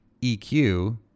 EQ